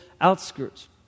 outskirts